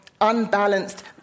unbalanced